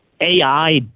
ai